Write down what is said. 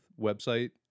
website